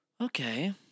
Okay